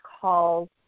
calls